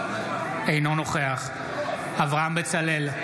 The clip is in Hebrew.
אינו נוכח אברהם בצלאל,